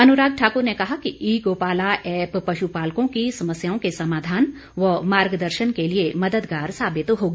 अनुराग ठाकुर ने कहा कि ई गोपाला ऐप्प पशु पालकों की समस्याओं के समाधान व मार्गदर्शन के लिए मददगार साबित होगी